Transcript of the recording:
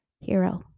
Hero